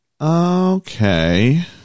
Okay